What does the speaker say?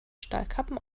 stahlkappen